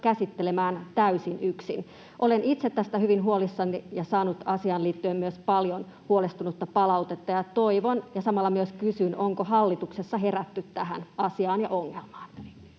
käsittelemään täysin yksin. Olen itse tästä hyvin huolissani ja saanut asiaan liittyen myös paljon huolestunutta palautetta ja toivon ja samalla myös kysyn, onko hallituksessa herätty tähän asiaan ja ongelmaan.